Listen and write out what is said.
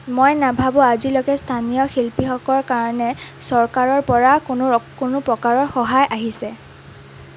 মই নাভাবোঁ আজিলৈকে স্থানীয় শিল্পীসকলৰ কাৰণে চৰকাৰৰ পৰা কোনো ৰ কোনো প্ৰকাৰৰ সহায় আহিছে